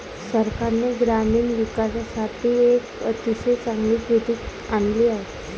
सरकारने ग्रामीण विकासासाठी एक अतिशय चांगली कृती आणली आहे